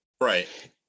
right